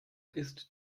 ist